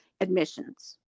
admissions